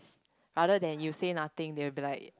other than you say nothing they will be like